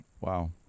Wow